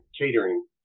catering